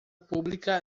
pública